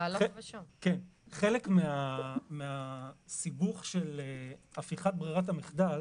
חלק מהסיבוך של הפיכת ברירת המחדל